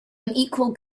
unequal